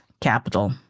capital